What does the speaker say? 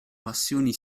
passioni